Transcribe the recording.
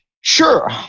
Sure